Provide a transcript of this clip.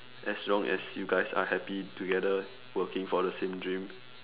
as long as you guys are happy together working for the same dream